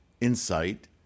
insight